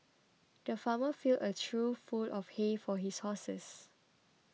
the farmer filled a trough full of hay for his horses